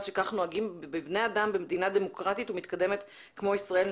שכך נוהגים בבני אדם במדינה דמוקרטית ומתקדמת כמו ישראל,